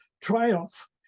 triumph